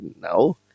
No